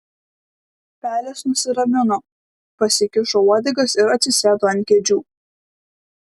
pelės nusiramino pasikišo uodegas ir atsisėdo ant kėdžių